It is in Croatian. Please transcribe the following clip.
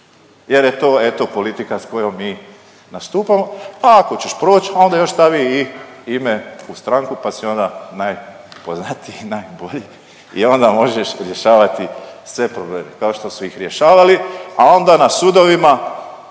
jer je to eto politika s kojom mi nastupamo, a ako ćeš proći onda još stavi i ime u stranku pa si onda najpoznatiji i najbolji i onda možeš rješavati sve probleme kao što su ih rješavali, a onda na sudovima